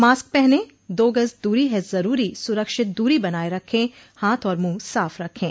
mask पहनें दो गज़ दूरी है ज़रूरी सुरक्षित दूरी बनाए रखें हाथ और मुंह साफ़ रखें